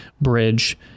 Bridge